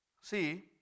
See